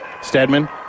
Stedman